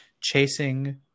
chasing